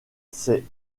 ses